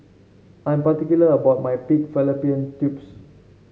I'm particular about my Pig Fallopian Tubes